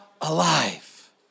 alive